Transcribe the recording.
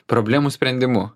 problemų sprendimu